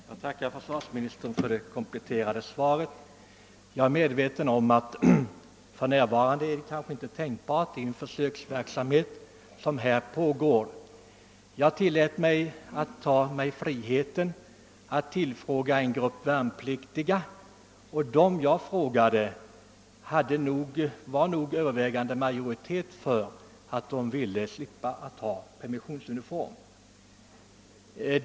Herr talman! Jag tackar försvarsministern för det kompletterande svaret. Jag är medveten om att ett ställningstagande för närvarande kanske inte är tänkbart med hänsyn till den försöksverksamhet som pågår. Jag har tagit mig friheten att tillfråga en grupp värnpliktiga om deras uppfattning i denna fråga, och jag fann därvid att den övervägande majoriteten ville slippa permissionsuniform.